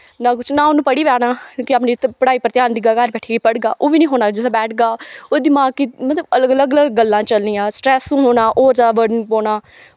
ना कुछ ना उनें पढ़ी पाना क्योंकि अपनी पढ़ाई पर ध्यान देह्गा घर बैठियै पढ़गा ओह् बी नी होना जित्थें बैठगा ओह्दी मतलव कि अलग अलग गल्लां चलनियां स्टरैस्स होना होर जादा बर्डन पौना